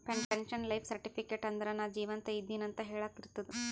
pension life certificate ಅಂದುರ್ ನಾ ಜೀವಂತ ಇದ್ದಿನ್ ಅಂತ ಹೆಳಾಕ್ ಇರ್ತುದ್